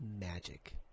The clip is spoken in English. magic